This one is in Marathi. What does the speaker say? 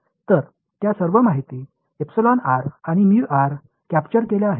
तर त्या सर्व माहिती आणि कॅप्चर केल्या आहेत